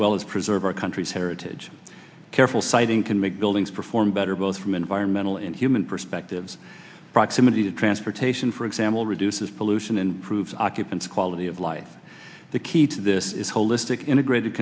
well as preserve our country's heritage careful siting can make buildings perform better both from environmental and human perspectives proximity to transportation for example reduces pollution and occupants quality of life the key to this is holistic integrated